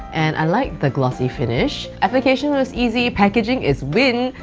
and i like the glossy finish. application was easy, packaging is win!